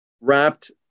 wrapped